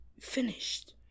finished